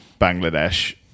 Bangladesh